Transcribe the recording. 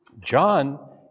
John